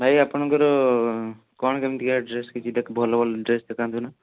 ଭାଇ ଆପଣଙ୍କର କ'ଣ କେମିତିକା ଡ୍ରେସ୍ କିଛି ଭଲ ଭଲ ଡ୍ରେସ୍ ଦେଖାନ୍ତୁନା